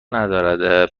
ندارد